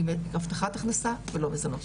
היא עם הבטחת הכנסה ולא מזונות.